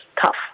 tough